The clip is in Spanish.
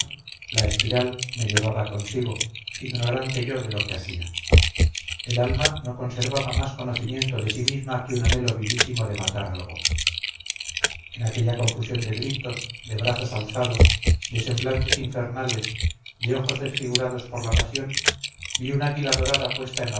la espiral me llevaba consigo ignorante yo de lo que hacía el alma no conservaba más conocimiento de sí misma que un anhelo vivísimo de matar algo en aquella confusión de gritos de brazos alzados de semblantes infernales de ojos desfigurados por la pasión vi un águila dorada puesta en